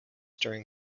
during